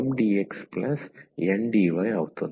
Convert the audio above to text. మీరు ఆసక్తి చూపినందుకు ధన్యవాదములు